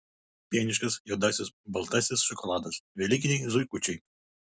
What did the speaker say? pieniškas juodasis baltasis šokoladas velykiniai zuikučiai